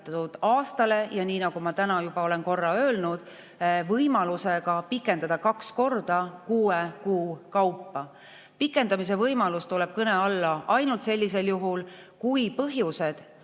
aastale. Ja nii nagu ma täna juba olen korra öelnud, on ka võimalus pikendada seda kaks korda kuue kuu kaupa. Pikendamise võimalus tuleb kõne alla ainult sellisel juhul, kui põhjused